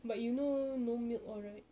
but you know no milk all right